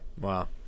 Wow